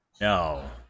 No